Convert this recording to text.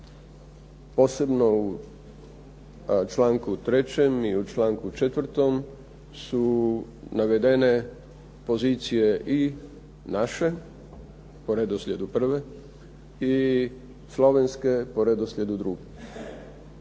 Posebno u članku 3. i u članu 4. su navedene pozicije i naše po redoslijedu prve i slovenske po redoslijedu druge.